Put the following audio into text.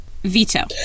Veto